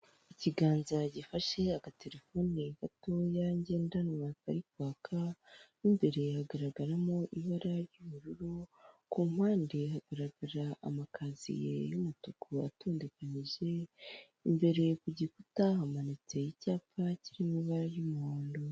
Ikiganza gifashe agatelefone gatoya ngendanwa kari kwaka, mo imbere hagaragaramo ibara ry'ubururu, ku mpande hagaragara amakaziye y'umutuku atondekanyije, imbere ku gikuta hamanitse icyapa kiri mu ibara ry'umuhondo.